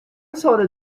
سال